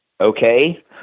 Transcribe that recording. okay